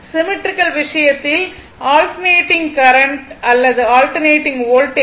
symmetrical விஷயத்தில் alternating current அல்லது voltage